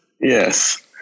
Yes